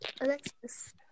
Alexis